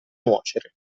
nuocere